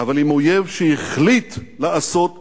אבל עם אויב שהחליט לעשות שלום.